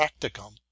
practicum